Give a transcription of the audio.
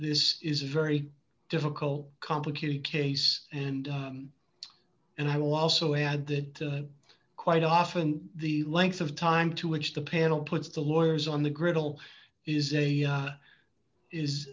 this is a very difficult complicated case and and i will also add that quite often the length of time to which the panel puts the lawyers on the griddle is a